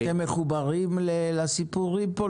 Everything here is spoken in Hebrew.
אתם מחוברים לסיפורים פה?